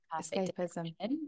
escapism